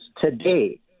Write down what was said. today